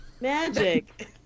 Magic